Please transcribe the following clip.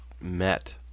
met